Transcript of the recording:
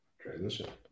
transition